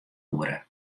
oere